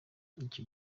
icyo